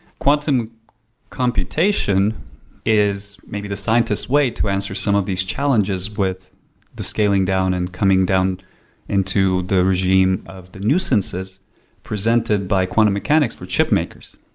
quantum computation is maybe the scientist way to answer some of these challenges with the scaling down and coming down into the regime of the nuisance's presented by quantum mechanics for chip makers,